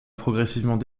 progressivement